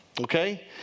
Okay